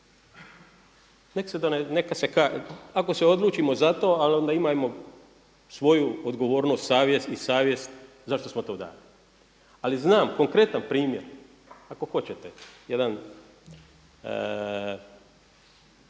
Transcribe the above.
ako se odlučimo za to, ali onda imajmo svoju odgovornost i savjest zašto smo to uradili. Ali znam konkretan primjer ako hoćete jedan,